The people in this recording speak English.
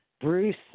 Bruce